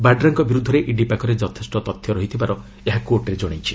ବାଡ୍ରାଙ୍କ ବିରୂଦ୍ଧରେ ଇଡି ପାଖରେ ଯଥେଷ୍ଟ ତଥ୍ୟ ରହିଥିବାର ଏହା କୋର୍ଟରେ ଜଣାଇଛି